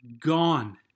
gone